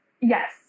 Yes